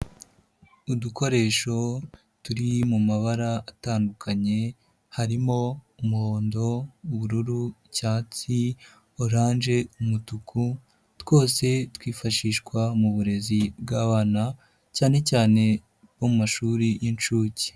Udukoresho turi mu mabara atandukanye, harimo umuhondo, ubururu, cyatsi, oranje, umutuku, twose twifashishwa mu burezi bw'abana cyane cyane bo mashuri y'inshuke.